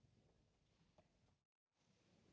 Tak